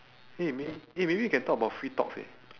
!hey! may~ !hey! maybe we can talk about free talks eh